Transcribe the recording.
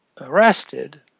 arrested